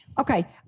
Okay